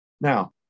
Now